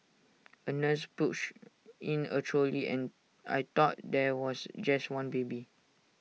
A nurse pushed in A trolley and I thought there was just one baby